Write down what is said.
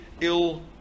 ill